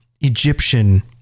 Egyptian